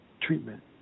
treatment